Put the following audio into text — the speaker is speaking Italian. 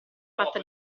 fatta